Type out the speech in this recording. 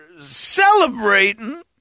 celebrating